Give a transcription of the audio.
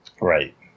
Right